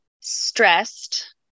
stressed